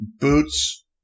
boots